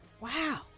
Wow